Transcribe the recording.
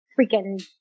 freaking